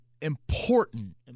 important